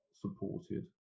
supported